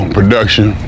production